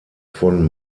von